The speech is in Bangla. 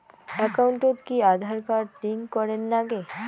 একাউন্টত কি আঁধার কার্ড লিংক করের নাগে?